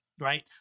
right